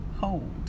hold